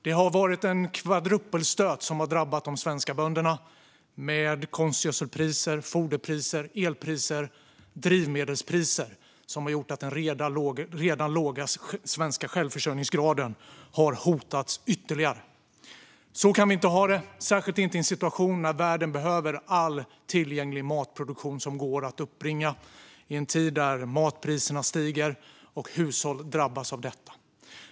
De svenska bönderna har drabbats av en kvadrupelstöt med konstgödselpriser, foderpriser, elpriser och drivmedelspriser som gjort att den redan låga självförsörjningsgraden hotas ytterligare. Så kan vi inte ha det, särskilt inte i en situation när världen behöver all matproduktion som går att uppbringa i en tid då matpriserna stiger och hushåll drabbas av detta.